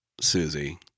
Susie